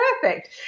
perfect